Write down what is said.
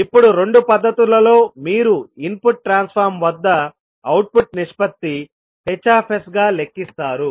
ఇప్పుడు రెండు పద్ధతులలో మీరు ఇన్పుట్ ట్రాన్సఫార్మ్ వద్ద అవుట్పుట్ నిష్పత్తి Hsగా లెక్కిస్తారు